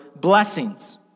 blessings